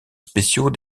spéciaux